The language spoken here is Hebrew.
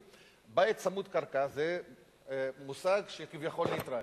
בית צמוד קרקע זה מושג שהוא כביכול נייטרלי,